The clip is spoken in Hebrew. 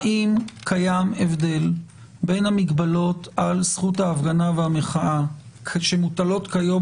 האם קיים הבדל בין המגבלות על זכות ההפגנה והמחאה שמוטלות כיום